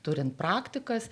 turint praktikas